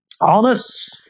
honest